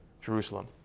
Jerusalem